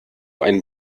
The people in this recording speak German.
ein